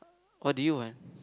what did you want